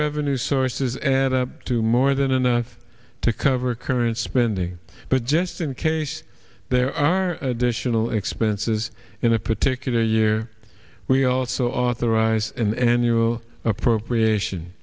revenue sources add up to more than enough to cover current spending but just in case there are additional expenses in a particular year we also authorize and new appropriation